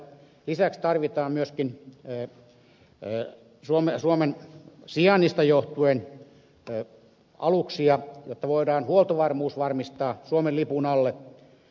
lisäksi tarvitaan myöskin suomen sijainnista johtuen aluksia jotta voidaan huoltovarmuus varmistaa suomen lipun alle